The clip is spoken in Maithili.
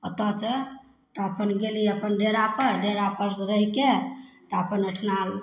ओतऽसे तब अपन गेली अपन डेरापर डेरापरसे रहिके तब अपन ओहिठाम